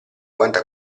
quanto